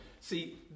see